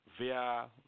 via